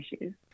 issues